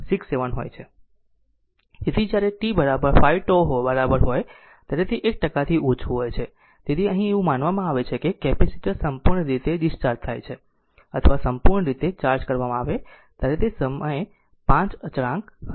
તેથી જ્યારે t 5 τ બરાબર હોય ત્યારે તે 1 ટકાથી ઓછું હોય છે તેથી અહીં એવું માનવામાં આવે છે કે કેપેસિટર સંપૂર્ણ રીતે ડિસ્ચાર્જ થાય છે અથવા સંપૂર્ણ રીતે ચાર્જ કરવામાં આવે છે જ્યારે તે 5 સમય અચળાંક થશે